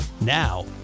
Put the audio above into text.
Now